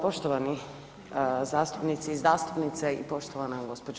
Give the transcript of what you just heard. Poštovani zastupnici i zastupnice i poštovana gđo.